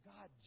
God